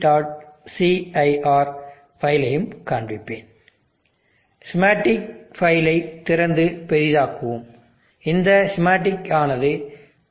cir ஃபைலயும் காண்பிப்பேன் schematic ஃபைலை திறந்து பெரிதாக்குவோம் இந்த ஸ்கீமாட்டிக் ஆனது pv